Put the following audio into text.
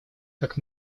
как